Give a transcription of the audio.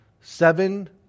Seven